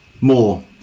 more